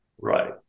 Right